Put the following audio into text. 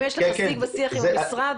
אם יש לך שיג ושיח עם המשרד,